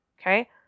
Okay